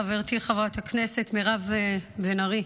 חברתי חברת הכנסת מירב בן ארי,